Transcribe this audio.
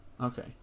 Okay